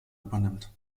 übernimmt